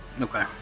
Okay